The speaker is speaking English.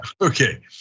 Okay